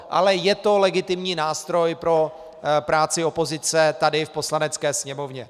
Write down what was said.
Ale je to legitimní nástroj pro práci opozice tady v Poslanecké sněmovně.